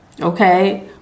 okay